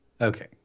Okay